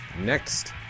next